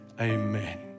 Amen